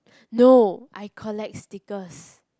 no I collect stickers